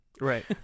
right